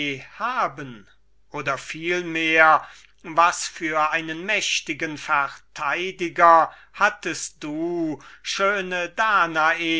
haben oder vielmehr was für einen mächtigen apologisten hattest du schöne danae